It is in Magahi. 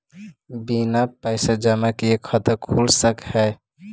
बिना पैसा जमा किए खाता खुल सक है?